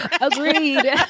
Agreed